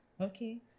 Okay